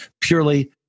purely